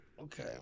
Okay